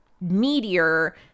meteor